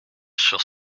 sur